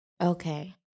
Okay